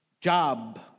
job